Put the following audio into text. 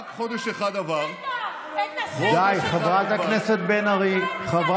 רק חודש אחד עבר, אתה המצאת את הסלפי שאתם עושים.